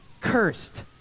cursed